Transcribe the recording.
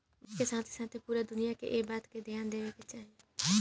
भारत के साथे साथे पूरा दुनिया के एह बात पर ध्यान देवे के चाही